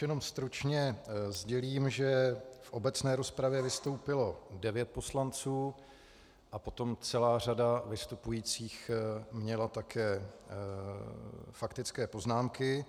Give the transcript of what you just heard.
Teď už jenom stručně sdělím, že v obecné rozpravě vystoupilo devět poslanců a potom celá řada vystupujících měla také faktické poznámky.